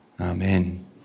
Amen